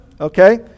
Okay